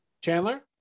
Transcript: Chandler